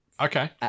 Okay